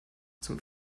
zum